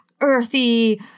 earthy